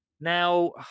Now